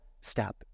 step